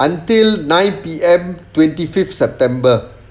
until nine P_M twenty fifth september